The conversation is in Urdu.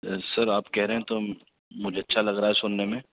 سر آپ کہہ رہیں ہیں تو مجھے اچھا لگ رہا ہے سننے میں